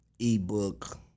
Ebook